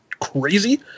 crazy